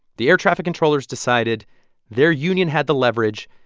the air traffic controllers decided their union had the leverage.